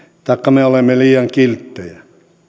taikka me olemme liian kilttejä